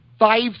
five